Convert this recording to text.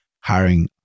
hiring